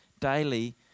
daily